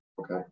Okay